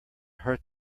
hurt